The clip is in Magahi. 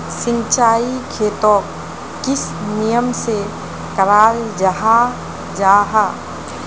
सिंचाई खेतोक किस नियम से कराल जाहा जाहा?